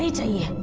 didn't you